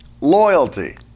loyalty